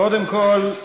קודם כול,